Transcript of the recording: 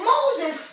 Moses